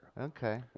Okay